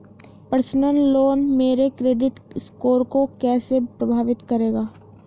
Personal loan मेरे credit score को कैसे प्रभावित करेगा?